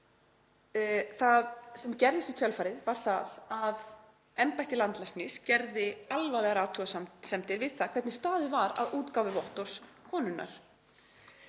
það sem gerðist í kjölfarið var það að embætti landlæknis gerði alvarlegar athugasemdir við það hvernig staðið var að útgáfu vottorðs konunnar.